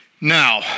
Now